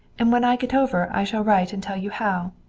and when i get over i shall write and tell you how.